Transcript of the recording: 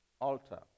alter